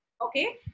okay